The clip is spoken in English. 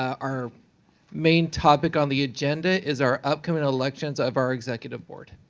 our main topic on the agenda is our upcoming elections of our executive board.